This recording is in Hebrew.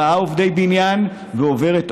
ארבעה עובדי בניין ועוברת אורח,